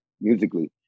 musically